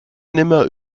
nimmer